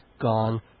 Gone